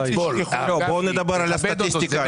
בואו נדבר על הסטטיסטיקה.